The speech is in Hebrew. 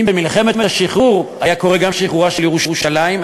אם במלחמת השחרור היה קורה גם שחרורה של ירושלים,